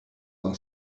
are